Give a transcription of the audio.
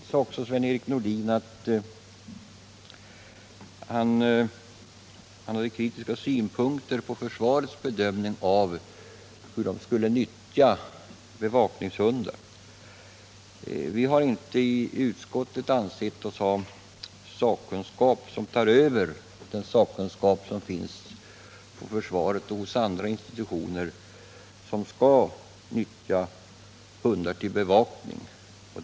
Sven-Erik Nordin hade också kritiska synpunkter på försvarets bedömning av hur man skall använda sig av bevakningshundar. I utskottet har vi inte ansett oss ha bättre sakkunskap än den som finns inom försvaret och andra institutioner, som nyttjar hundar för bevakning.